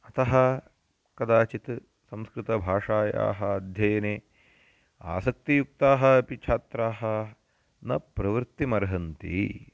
अतः कदाचित् संस्कृतभाषायाः अध्ययने आसक्तियुक्ताः अपि छात्राः न प्रवृत्तिमर्हन्ति